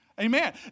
Amen